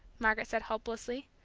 margaret said hopelessly,